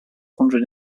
hundred